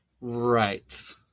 Right